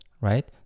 right